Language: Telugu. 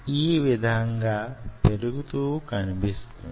ఈ విధంగా పెరుగుతూ కనిపిస్తుంది